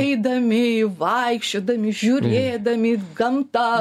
eidami vaikščiodami žiūrėdami gamta